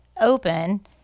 open